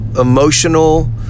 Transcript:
emotional